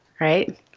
right